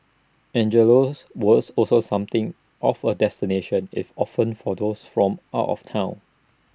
Angelo's was also something of A destination if often for those from out of Town